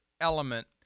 element